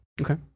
Okay